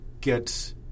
get